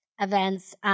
events –